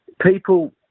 People